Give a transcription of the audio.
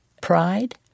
pride